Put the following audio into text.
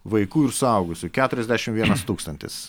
vaikų ir suaugusių keturiasdešimt vienas tūkstantis